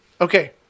Okay